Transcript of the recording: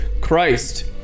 Christ